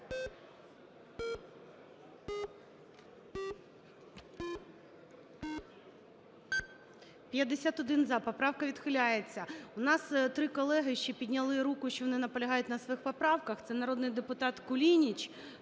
За-51 Поправка відхиляється. У нас три колеги ще підняли руку, що вони наполягають на своїх поправках. Це народний депутат Кулініч